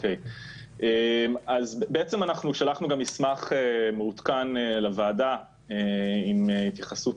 אנחנו שלחנו גם מסמך מעודכן לוועדה עם התייחסות